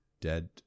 dead